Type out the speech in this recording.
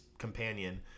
companion